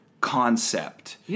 concept